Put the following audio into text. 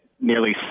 nearly